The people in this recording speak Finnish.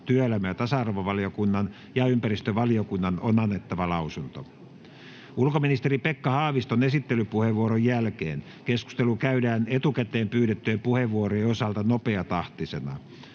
työelämä- ja tasa-arvovaliokunnan ja ympäristövaliokunnan on annettava lausunto. Ulkoministeri Pekka Haaviston esittelypuheenvuoron jälkeen keskustelu käydään etukäteen pyydettyjen puheenvuorojen osalta nopeatahtisena.